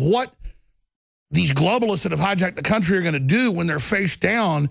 what these globalist have hijacked the country are going to do when they're faced down